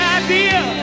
idea